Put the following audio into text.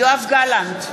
יואב גלנט,